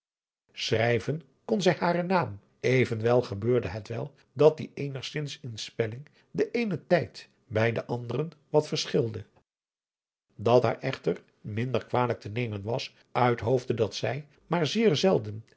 zij haren naam evenwel gebeurde het wel dat die eenigzins in spelling den eenen tijd bij den anderen wat verschilde dat haar echter minder kwalijk te nemen was uit hoofde dat zij maar zeer zelden